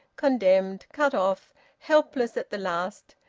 condemned, cut off helpless at the last,